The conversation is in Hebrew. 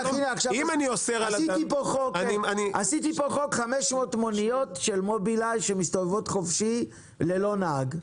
עשיתי פה חוק 500 מוניות של מובילאיי שמסתובבות חופשי ללא נהג.